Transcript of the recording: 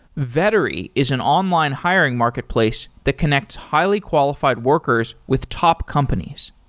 vettery is an online hiring marketplace to connect highly-qualified workers with top companies.